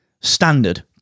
standard